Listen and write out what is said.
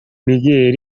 miguel